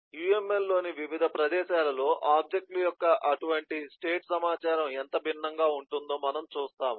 UML లోని వివిధ ప్రదేశాలలో ఆబ్జెక్ట్ ల యొక్క అటువంటి స్టేట్ సమాచారం ఎంత భిన్నంగా ఉంటుందో మనము చూస్తాము